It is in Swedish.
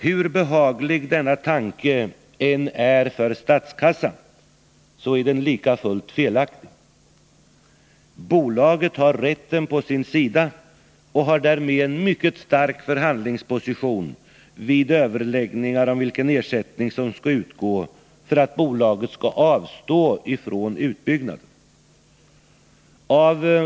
Hur behaglig denna tanke än är för statskassan, är den likafullt felaktig. Bolaget har rätten på sin sida och har därmed en mycket stark förhandlingsposition vid överläggningar om vilken ersättning som skall utgå för att bolaget skall avstå från utbyggnaden.